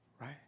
Right